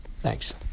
Thanks